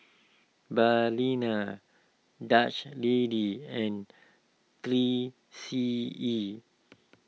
Dutch Lady and three C E